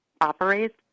operates